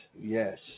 Yes